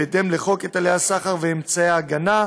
בהתאם לחוק היטלי הסחר ואמצעי ההגנה,